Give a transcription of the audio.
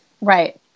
Right